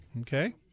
Okay